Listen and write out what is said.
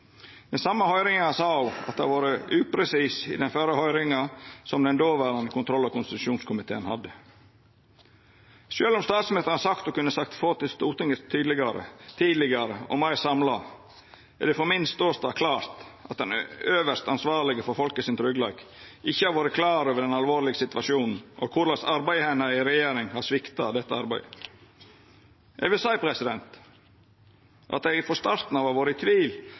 den same høyringa sa ho at ho hadde vore upresis i den førre høyringa, som den dåverande kontroll- og konstitusjonskomiteen hadde. Sjølv om statsministeren har sagt at ho kunne sagt frå til Stortinget tydelegare, tidlegare og meir samla, er det frå min ståstad klart at den øvste ansvarlege for folks tryggleik ikkje har vore klar over den alvorlege situasjonen og korleis arbeidet hennar i regjering har svikta dette arbeidet. Eg vil seia at eg frå starten har vore i tvil